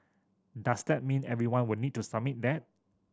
does that mean everyone would need to submit that